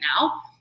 now